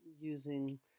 using